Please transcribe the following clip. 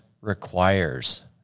requires